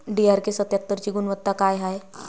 DRK सत्यात्तरची गुनवत्ता काय हाय?